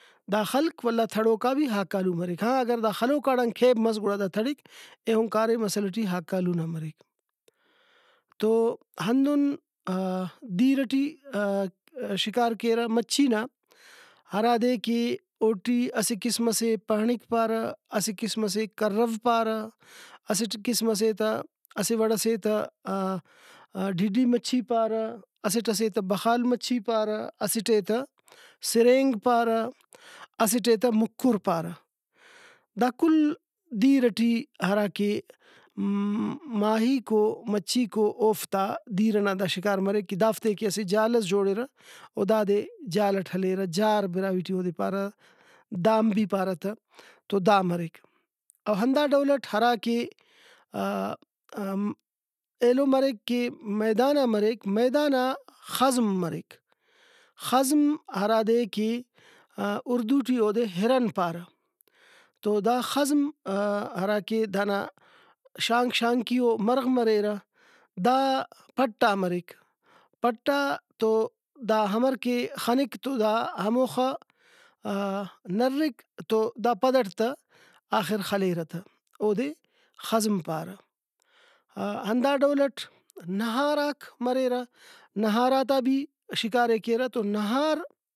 دا خلک ولا تھڑوکا بھی ہاکالو مریک ہا اگر دا خلوکاڑان کھیب مس گڑا تھڑک ایہن کاریم اصل ٹی ہاکالو نا مریک۔ تو ہندن دیر ٹی شکار کیرہ مچھی نا ہرادے کہ اوٹی اسہ قسم پھنڑک پارہ اسہ قسم سے کرو پارہ اسٹ قسم سے تہ اسہ وڑ سے تہ ڈڈی مچھی پارہ اسٹ سے تہ بخال مچھی پارہ اسٹ ئے تہ سرینگ پارہ اسٹ ئے تہ مُکھر پارہ ۔دا کل دیر ٹی ہراکہ ماہیکو مچھیکو اوفتا دِیر ئنا دا شکار مریک کہ دافتیکہ اسہ جال ئس جوڑرہ او دادے جال ئٹ ہلیرہ جار براہوئی ٹی اودے پارہ۔ دام بھی پارہ تہ تو دا مریک۔ او ہندا ڈولٹ ہراکہ ایلو مریک کہ میدانا مریک میدانا خزم مریک خزم ہرادے کہ اُردو ٹی او ہرن پارہ تو دا خزم ہراکہ دانا شانک شانکیئو مرغ مریرہ دا پٹ آ مریک پٹ آ تو دا ہمر کہ خنک تو دا ہموخہ نرک تو دا پدٹ تہ آخر خلیرہ تہ اودے خزم پارہ ہندا ڈولٹ نہاراک مریرہ نہاراتا بھی شکارے کیرہ و نہار